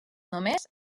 només